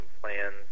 plans